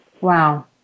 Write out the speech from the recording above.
Wow